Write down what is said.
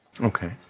Okay